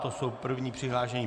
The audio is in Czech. To jsou první přihlášení.